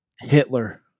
Hitler